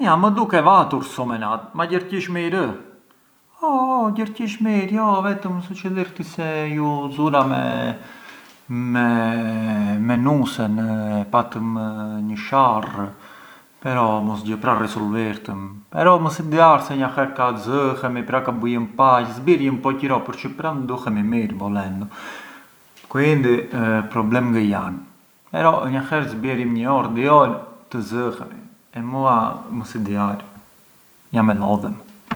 Më duke vatur somenat, ma gjërgjish mirë? Oh oh gjërgjish mirë, jo vetëm se suçidhirti se ju zura me… me nusen, patëm një sharrë, però mosgjë pran risulvirtëm, però më sidiar se nga herë ka zëhemi pran ka bujëm paqë, zbierjëm po qëro përçë pran duhemi mirë volendu, quindi problemë ngë jan, però zbierjëm na herë një orë dy orë të zëhemi e mua më sidiar, jam e lodhem.